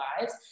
lives